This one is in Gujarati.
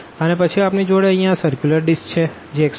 અને પછી આપણી જોડે અહિયાં આ સર્ક્યુલર ડિસ્ક છે જે x2y21છે